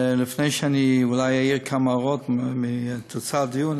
לפני שאני אולי אעיר כמה הערות כתוצאה מהדיון,